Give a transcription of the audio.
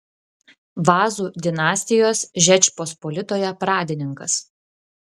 vazų dinastijos žečpospolitoje pradininkas